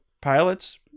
pilots